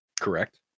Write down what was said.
correct